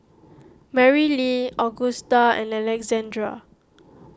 Marylee Augusta and Alexandrea